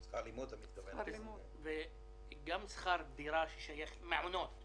צריך גם להקל בשכר לימוד בגלל כל הלמידה מרחוק.